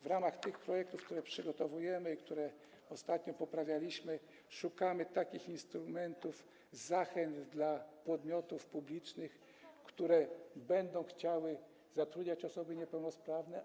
W ramach tych projektów, które przygotowujemy i które ostatnio poprawialiśmy, szukamy takich instrumentów, zachęt dla podmiotów publicznych, które będą chciały zatrudniać osoby niepełnosprawne.